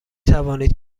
توانید